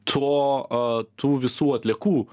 to a tų visų atliekų